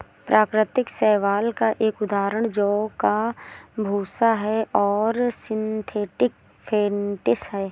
प्राकृतिक शैवाल का एक उदाहरण जौ का भूसा है और सिंथेटिक फेंटिन है